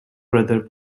brother